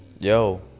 Yo